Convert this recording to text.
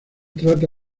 trata